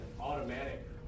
automatic